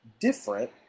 different